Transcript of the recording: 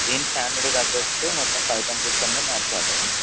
దీన్ని స్టాండర్డ్కి తగ్గట్టు మొత్తం పైప్లైన్ సిస్టమ్ని మార్చాలి